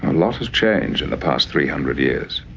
lot has changed in the past three hundred years.